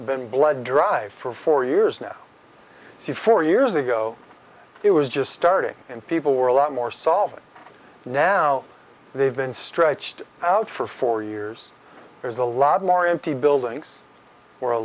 been blood drive for four years now see four years ago it was just starting and people were a lot more solvent now they've been stretched out for four years there's a lot more empty buildings